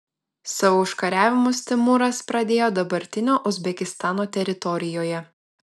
savo užkariavimus timūras pradėjo dabartinio uzbekistano teritorijoje